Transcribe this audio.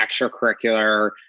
extracurricular